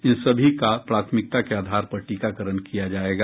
इन सभी का प्राथमिकता के आधार पर टीकाकरण किया जायेगा